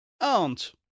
Aunt